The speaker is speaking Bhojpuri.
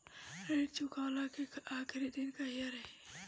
ऋण चुकव्ला के आखिरी दिन कहिया रही?